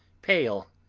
pale,